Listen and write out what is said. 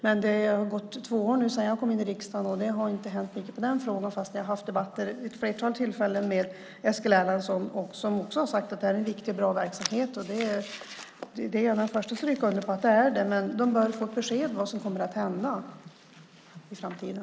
Men det har gått två år nu sedan jag kom in i riksdagen, och det har inte hänt mycket med den frågan fast vi har haft debatter vid ett flertal tillfällen med Eskil Erlandsson som också har sagt att detta är en viktig och bra verksamhet. Det är jag den första att skriva under på att det är, men de bör få ett besked om vad som kommer att hända i framtiden.